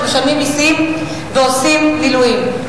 שמשלמים מסים ועושים מילואים.